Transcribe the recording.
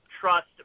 trust